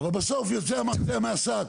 אבל בסוף יצא המרצע מהשק.